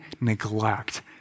neglect